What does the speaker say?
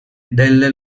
delle